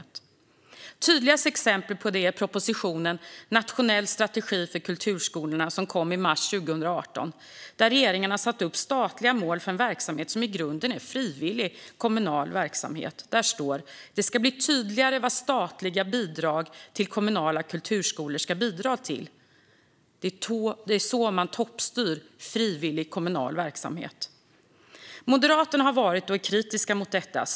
Det tydligaste exemplet på detta är propositionen om en nationell strategi för kulturskolorna, som kom i mars 2018, där regeringen har satt upp statliga mål för något som i grunden är frivillig kommunal verksamhet. Där står att det ska bli tydligare vad statliga bidrag till kommunala kulturskolor ska bidra till. Det är så man toppstyr frivillig kommunal verksamhet. Moderaterna har varit och är kritiska mot detta.